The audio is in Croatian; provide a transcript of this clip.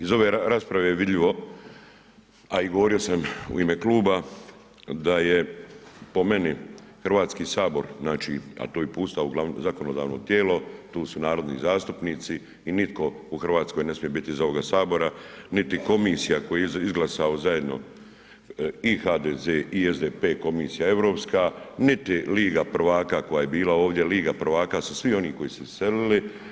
Iz ove rasprave je vidljivo, a i govorio sam u ime kluba da je po meni HS, znači, a to je pusta, .../nerazumljivo/... zakonodavno tijelo, tu su narodni zastupnici i nitko u Hrvatskoj ne smije biti iz ovoga Sabora, niti komisija koju je izglasao zajedno i HDZ i SDP komisija europska, niti liga prvaka koja je bila ovdje, liga prvaka su svi oni koji su se iselili.